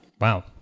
Wow